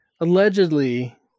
allegedly